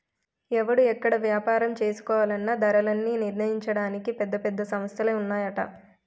ఎవడు ఎక్కడ ఏపారం చేసుకోవాలన్నా ధరలన్నీ నిర్ణయించడానికి పెద్ద పెద్ద సంస్థలే ఉన్నాయట